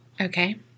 Okay